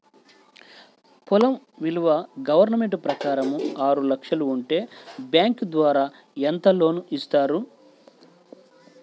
పొలం విలువ గవర్నమెంట్ ప్రకారం ఆరు లక్షలు ఉంటే బ్యాంకు ద్వారా ఎంత లోన్ ఇస్తారు?